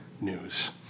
news